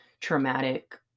traumatic